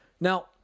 Now